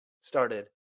started